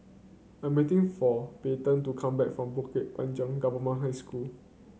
I'm waiting for Payton to come back from Bukit Panjang Government High School